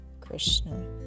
Krishna